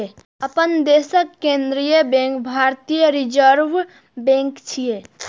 अपना देशक केंद्रीय बैंक भारतीय रिजर्व बैंक छियै